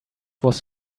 was